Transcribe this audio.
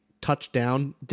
touchdown